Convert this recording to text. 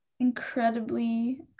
incredibly